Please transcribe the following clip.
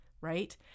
right